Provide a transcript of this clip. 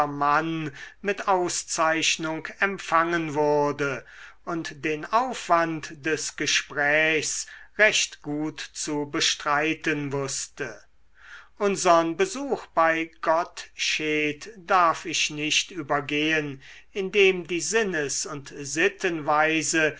mann mit auszeichnung empfangen wurde und den aufwand des gesprächs recht gut zu bestreiten wußte unsern besuch bei gottsched darf ich nicht übergehen indem die sinnes und